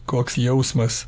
koks jausmas